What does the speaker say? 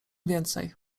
więcej